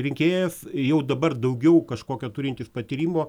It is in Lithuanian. rinkėjas jau dabar daugiau kažkokio turintis patyrimo